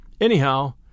Anyhow